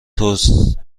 توسه